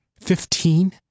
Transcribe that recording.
Fifteen